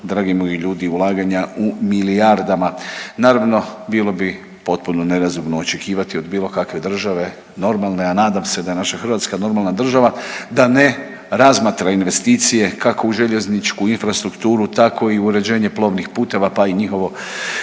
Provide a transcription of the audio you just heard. dragi moji ljudi ulaganja u milijardama. Naravno bilo bi potpuno nerazumno očekivati od bilo kakve države normalne, a nadam se da je naša Hrvatska normalna država, da ne razmatra investicije kako u željezničku infrastrukturu, tako i uređenje plovnih puteva, pa i njihovo